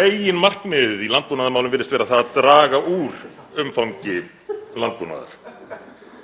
meginmarkmiðið í landbúnaðarmálum virðist vera að draga úr umfangi landbúnaðar.